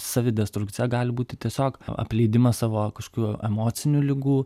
savidestrukcija gali būti tiesiog apleidimas savo kažkokių emocinių ligų